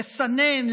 לסנן,